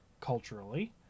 culturally